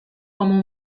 como